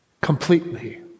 completely